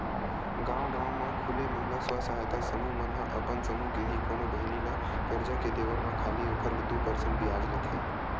गांव गांव म खूले महिला स्व सहायता समूह मन ह अपन समूह के ही कोनो बहिनी ल करजा के देवब म खाली ओखर ले दू परसेंट बियाज लेथे